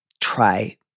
try